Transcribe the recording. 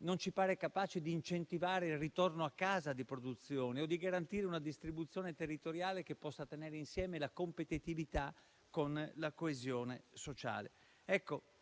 Non ci pare capace di incentivare il ritorno a casa di produzioni o di garantire una distribuzione territoriale che possa tenere insieme la competitività con la coesione sociale. Dico